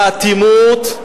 האטימות,